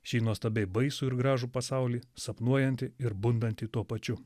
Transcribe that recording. šį nuostabiai baisų ir gražų pasaulį sapnuojantį ir bundantį tuo pačiu